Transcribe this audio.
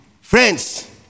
Friends